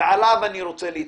ועליו אני רוצה להתמקד.